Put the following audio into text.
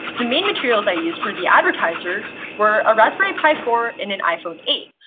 the main materials i used for the advertisers were a raspberry pi four and an iphone eight.